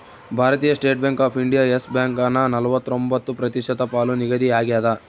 ಭಾರತೀಯ State Bank of India Yes ಬ್ಯಾಂಕನ ನಲವತ್ರೊಂಬತ್ತು ಪ್ರತಿಶತ ಪಾಲು ನಿಗದಿಯಾಗ್ಯದ